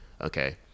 Okay